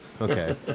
Okay